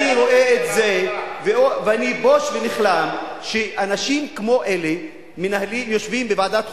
אני רואה את זה ואני בוש ונכלם שאנשים כמו אלה יושבים בוועדת חוקה.